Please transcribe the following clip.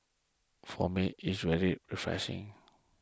for me it's really refreshing